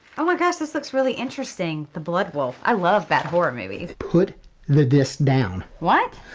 oh my god, this looks really interesting. the blood wolf, i love bad horror movies. put the disc down. what?